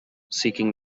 seeking